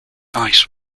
ice